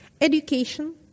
education